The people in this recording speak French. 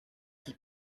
qui